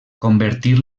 convertir